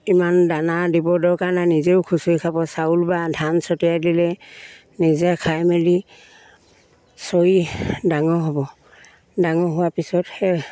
ইমান দানা দিব দৰকাৰ নাই নিজেও খুচৰি খাব চাউল বা ধান ছটিয়াই দিলে নিজে খাই মেলি চৰি ডাঙৰ হ'ব ডাঙৰ হোৱাৰ পিছত সেই